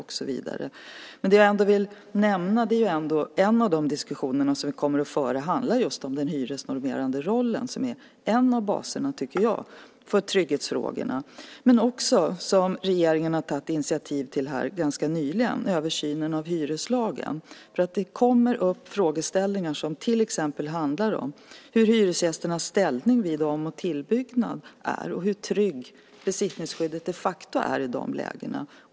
Jag vill ändå nämna att en av de diskussioner som kommer att föras just handlar om den hyresnormerande rollen, som är en av baserna för trygghetsfrågorna. Regeringen har ganska nyligen tagit initiativ till en översyn av hyreslagen. Det kommer upp frågeställningar som till exempel handlar om hur hyresgästernas ställning blir vid till och ombyggnad och hur tryggt besittningsskyddet de facto är i de lägena.